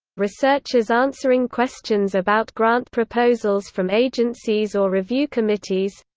researchers answering questions about grant proposals from agencies or review committees